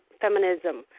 feminism